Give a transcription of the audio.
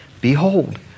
Behold